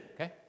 Okay